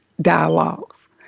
dialogues